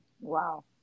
Wow